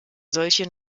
solche